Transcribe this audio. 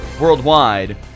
worldwide